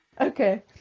Okay